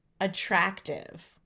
attractive